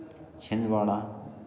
Chhindwara